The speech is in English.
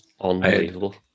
unbelievable